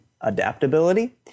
Adaptability